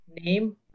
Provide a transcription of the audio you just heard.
name